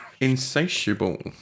Insatiable